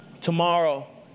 Tomorrow